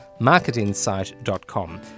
marketinsight.com